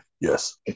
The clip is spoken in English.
Yes